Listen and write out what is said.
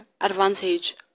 advantage